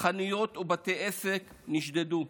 חנויות ובתי עסק נשדדו,